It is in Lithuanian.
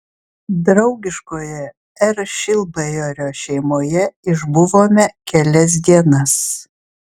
draugiškoje r šilbajorio šeimoje išbuvome kelias dienas